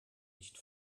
nicht